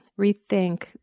rethink